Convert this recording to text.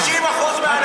90% מהאנשים פה,